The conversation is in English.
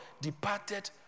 departed